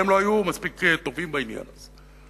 אבל הם לא היו מספיק טובים בעניין הזה.